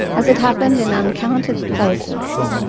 as it happened in uncountable places.